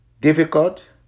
difficult